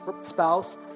spouse